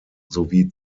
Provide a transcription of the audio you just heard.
sowie